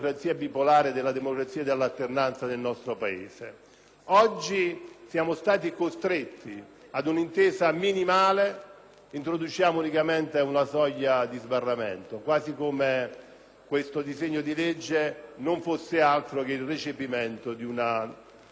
Oggi siamo stati costretti ad un'intesa minimale. Introduciamo unicamente una soglia di sbarramento, quasi come se questo disegno di legge non fosse altro che il recepimento di una direttiva europea. Ci limitiamo a questo.